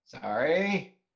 sorry